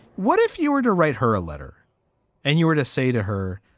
what if you were to write her a letter and you were to say to her,